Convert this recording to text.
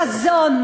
חזון,